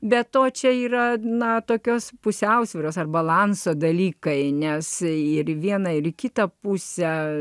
be to čia yra na tokios pusiausvyros ar balanso dalykai nes ir vieną ir kitą pusę